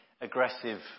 aggressive